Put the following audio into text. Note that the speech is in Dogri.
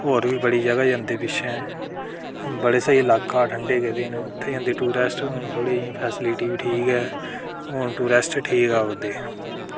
होर बी बड़ी जगह जंदे पिच्छै बड़े स्हेई ल्हाके ठंडे गेदे न उत्थै जंदे टुरिस्ट हू'न फैसीलिटी बी ठीक ऐ हू'न टुरिस्ट ठीक आवा दे